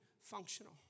functional